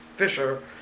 fisher